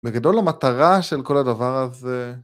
בגדול למטרה של כל הדבר הזה.